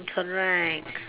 correct